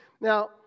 Now